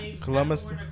Columbus